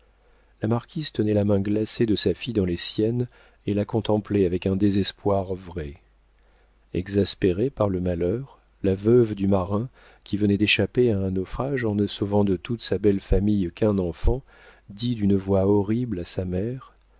la marquise tenait la main glacée de sa fille dans les siennes et la contemplait avec un désespoir vrai exaspérée par le malheur la veuve du marin qui venait d'échapper à un naufrage en ne sauvant de toute sa belle famille qu'un enfant dit d'une voix horrible à sa mère